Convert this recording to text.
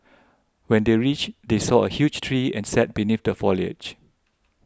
when they reached they saw a huge tree and sat beneath the foliage